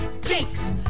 Jinx